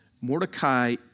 Mordecai